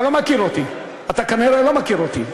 אתה לא מכיר אותי, אתה כנראה לא מכיר אותי.